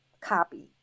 copy